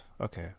Okay